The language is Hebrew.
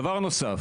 דבר נוסף